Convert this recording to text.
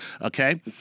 Okay